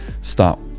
start